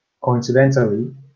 coincidentally